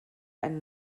einen